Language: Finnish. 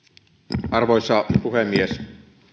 arvoisa puhemies